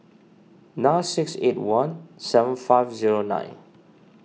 nine six eight one seven five zero nine